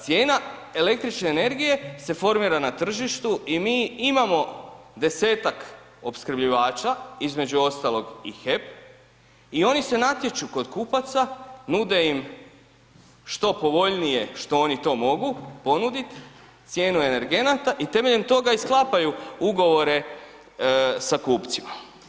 Cijena električne energije se formira na tržištu i mi imamo 10-tak opskrbljivača između ostalog i HEP i oni se natječu kod kupaca, nude im što povoljnije što oni to mogu ponudit cijenu energenata i temeljem toga i sklapaju ugovore sa kupcima.